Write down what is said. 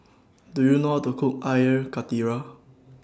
Do YOU know How to Cook Air Karthira